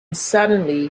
suddenly